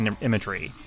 imagery